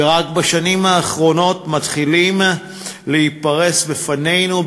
ורק בשנים האחרונות מתחילים להיפרס בפנינו,